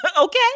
Okay